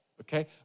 Okay